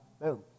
Boom